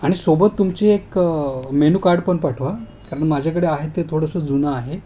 आणि सोबत तुमची एक मेनू कार्ड पण पाठवा कारण माझ्याकडे आहे ते थोडंसं जुनं आहे